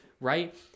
right